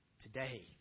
today